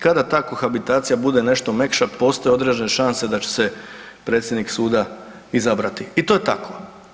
Kada ta kohabitacija bude nešto mekša postoje određene šanse da će se predsjednik suda izabrati, i to je tako.